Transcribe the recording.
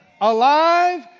Alive